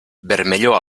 vermellor